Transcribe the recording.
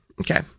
Okay